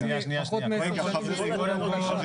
שאותו קודם כל,